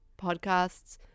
Podcasts